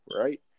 right